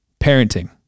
parenting